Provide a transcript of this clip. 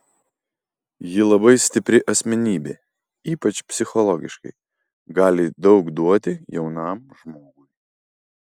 ji labai stipri asmenybė ypač psichologiškai gali daug duoti jaunam žmogui